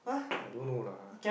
I don't know lah